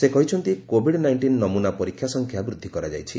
ସେ କହିଛନ୍ତି Covid nineteen ନମୁନା ପରୀକ୍ଷା ସଂଖ୍ୟା ବୃଦ୍ଧି କରାଯାଇଛି